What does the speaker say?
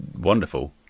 wonderful